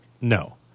no